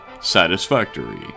satisfactory